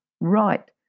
right